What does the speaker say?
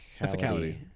ethicality